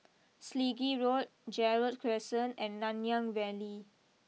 Selegie Road Gerald Crescent and Nanyang Valley